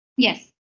Yes